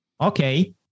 Okay